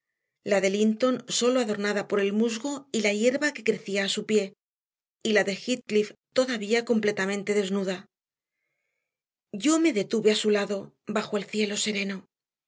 la de linton sólo adornada por el musgo y la hierba que crecía a su pie y la de heathcliff todavía completamente desnuda yo no me detuve a su lado bajo el cielo sereno